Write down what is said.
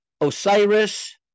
Osiris